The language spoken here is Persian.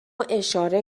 اشاره